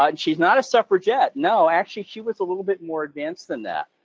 ah she's not a suffragette, no, actually, she was a little bit more advanced than that.